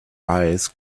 eyes